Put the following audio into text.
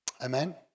Amen